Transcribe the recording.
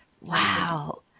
Wow